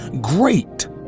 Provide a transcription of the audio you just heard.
Great